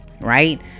right